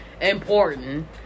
important